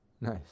Nice